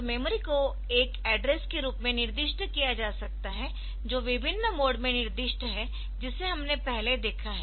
तो मेमोरी को एक एड्रेस के रूप में निर्दिष्ट किया जा सकता है जो विभिन्न मोड में निर्दिष्ट है जिसे हमने पहले देखा है